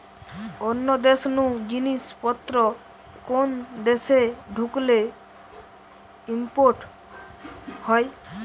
অন্য দেশ নু জিনিস পত্র কোন দেশে ঢুকলে ইম্পোর্ট হয়